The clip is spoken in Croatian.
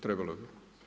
Trebalo bi.